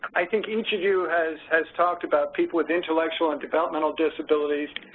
i think each of you has has talked about people with intellectual and developmental disabilities,